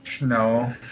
No